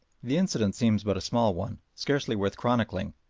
the incident seems but a small one, scarcely worth chronicling,